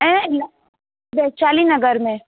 ऐं वैशाली नगर में